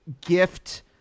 gift